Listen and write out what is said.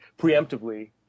preemptively